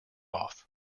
off